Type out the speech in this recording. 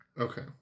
Okay